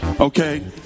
okay